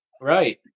right